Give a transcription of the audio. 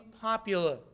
popular